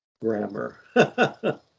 grammar